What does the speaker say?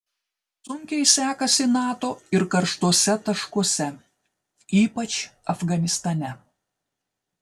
sunkiai sekasi nato ir karštuose taškuose ypač afganistane